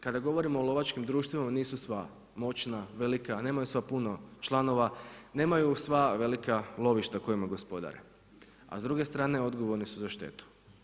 Kada govorimo o lovačkim društvima, nisu sva moćna, velika, nemaju sva puno članova, nemaju sva velika lovišta kojima gospodare a s druge strane odgovorni su za štetu.